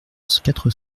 quatre